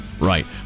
Right